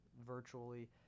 virtually